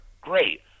Great